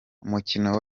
umukino